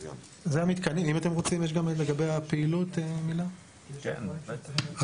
על הפעילות בקצרה.